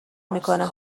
میکنه